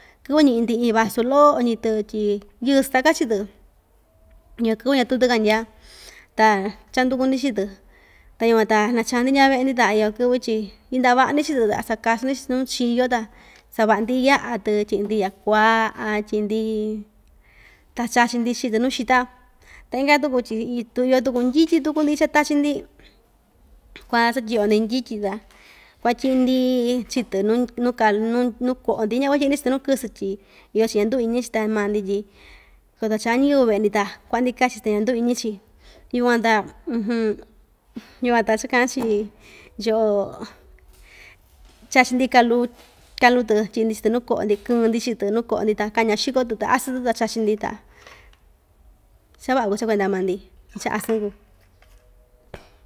Kɨvɨ ñi'i‑ndi iin vasu lo'oñi‑tɨ tyi yɨɨ staká chii‑tɨ iyo kɨvɨ ñatuu‑tɨ kandya ta chanduku‑ndi chii‑tɨ ta yukuan ta nachaa‑ndi ndya ve'e‑ndi ta iyo kɨvɨ tyi yinda'a va'a‑ndi chii‑tɨ ta sakasun‑ndi chii‑tɨ nuu chiyo ta sava'a‑ndi ya'a‑tɨ tyi'i‑ndi ya'a kua'a tyi'i‑ndi ta chachi‑ndi chii‑tɨ nuu xita ta inka tuku tyi iin tu iyo tuku ndyityi tuku‑ndi chatachi‑ndi kuasatyi'yo‑ndi ndyityi ta kuatyi'i‑ndi chii‑tɨ nu nu kalu nu nu ko'o‑ndi ñakuatyi'i‑ndi chi‑tɨ nuu kɨsɨ tyi iyo‑chi ñanduu iñi‑chi ta maa‑ndi tyi koto chaa ñiyɨvɨ ve'e‑ndi ta kua'a‑ndi kachi‑chi ta ñanduu iñi‑chi yukuan ta yukuan ta chaka'an‑chi yo'o chachi‑ndi kalu kalu‑tɨ tyi'i‑ndi stɨ nuu ko'o‑ndi kɨɨn‑ndi chiɨ‑tɨ nuu ko'o‑ndi ta kaña xiko‑tɨ ta asɨɨn‑tɨ ta chachi‑ndi ta cha va'a kuu cha kuenda maa‑ndi tyi cha asɨɨn kuu.